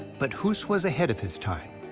but hus was ahead of his time.